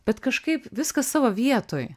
bet kažkaip viskas savo vietoj